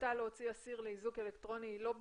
ההחלטה להוציא אסיר לאיזוק אלקטרוני היא לא בידיכם.